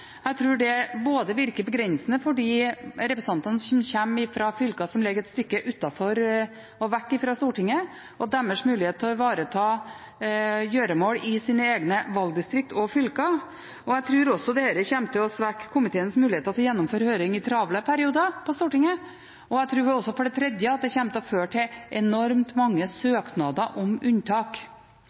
Jeg tror det virker begrensende for de representantene som kommer fra fylker som ligger et stykke utenfor og vekk fra Stortinget, og for deres muligheter til å ivareta gjøremål i sine egne valgdistrikt og fylker. Jeg tror også dette kommer til å svekke komiteens muligheter til å gjennomføre høring i travle perioder på Stortinget, og jeg tror også for det tredje at det kommer til å føre til enormt mange søknader om unntak.